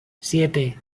siete